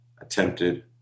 attempted